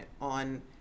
on